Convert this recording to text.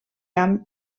camp